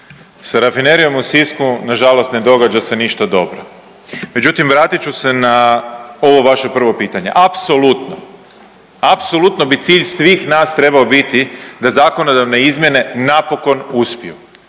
Sa Rafinerijom u Sisku nažalost ne događa se ništa dobro, međutim vratit ću se na ovo vaše prvo pitanje. Apsolutno, apsolutno bi cilj svih nas trebao biti da zakonodavne izmjene napokon uspiju,